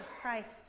Christ